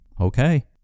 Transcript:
okay